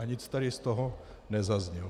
Nic tady z toho nezaznělo.